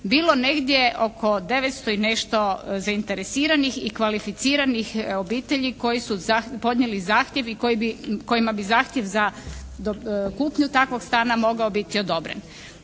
bilo negdje oko 900 i nešto zainteresiranih i kvalificiranih obitelji koji su podnijeli zahtjev i kojima bi zahtjev za kupnju takvog stana mogao biti odobren.